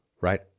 Right